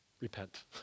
repent